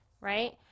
right